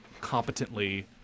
competently